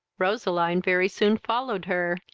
roseline very soon followed her,